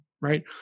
right